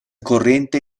corrente